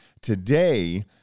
Today